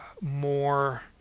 more